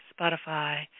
Spotify